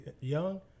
young